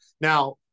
Now